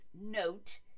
note